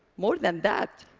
more than that,